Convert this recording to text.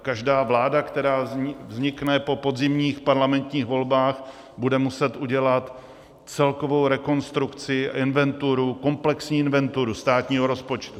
Každá vláda, která vznikne po podzimních parlamentních volbách, bude muset udělat celkovou rekonstrukci, inventuru, komplexní inventuru státního rozpočtu.